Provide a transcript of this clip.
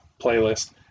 playlist